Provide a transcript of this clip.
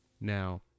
Now